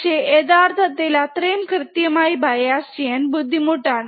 പക്ഷെ യഥാർത്ഥത്തിൽ അത്രേം കൃത്യമായി ബയാസ് ചെയ്യാൻ ബുദ്ധിമുട്ടാണ്